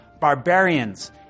barbarians